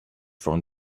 from